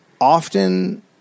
often